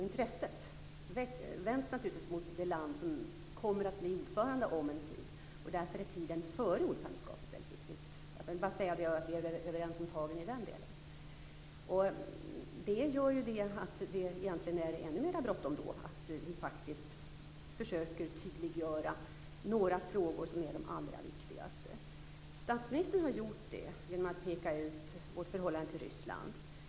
Intresset vänds naturligtvis mot det land som kommer att bli ordförande om en tid, och därför är tiden före ordförandeskapet väldigt viktig. Jag vill vara säga att vi är överens om tagen den delen. Det gör att det egentligen är ännu mera bråttom med att vi faktiskt försöker tydliggöra några frågor som är de allra viktigaste. Statsministern har gjort det genom att peka ut vårt förhållande till Ryssland.